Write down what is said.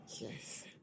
Yes